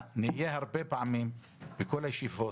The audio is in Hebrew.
הדס וחזי, נערוך את כל הישיבות,